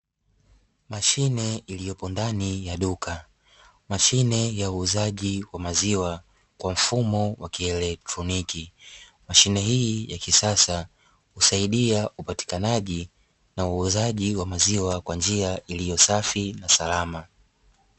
Mashine iliyopo ndani ya duka, mashine ya uuzaji wa maziwa kwa mfumo wa kielektroniki, mashine hii ya kisasa husaidia upatikanaji na uuzaji wa maziwa kwa njia iliyo safi na salama.